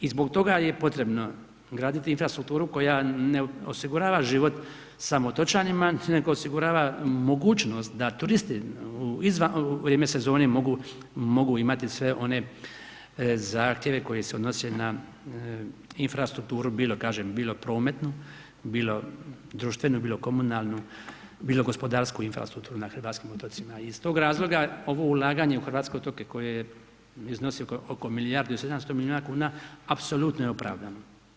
Iz bog toga je potrebno graditi infrastrukturu koja ne osigurava život samo otočanima nego osigurava mogućnost da turisti u vrijeme sezonu mogu imati sve one zahtjeve koji se odnose na infrastrukturu bilo kažem, bilo prometnu, bilo društvenu, bilo komunalnu, bilo gospodarsku infrastrukturu na hrvatskim otocima i iz tog razloga ovo ulaganje u hrvatske otoke koje iznosi oko milijardu i 700 milijuna kuna apsolutno je opravdano.